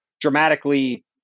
dramatically